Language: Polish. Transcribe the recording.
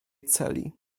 celi